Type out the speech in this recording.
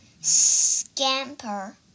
scamper